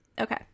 Okay